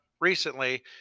recently